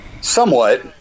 somewhat